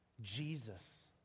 Jesus